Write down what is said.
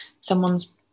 someone's